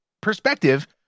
perspective